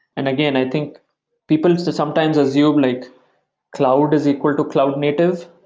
and again, i think people sometimes assume like cloud is equal to cloud native,